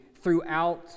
throughout